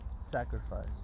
Sacrifice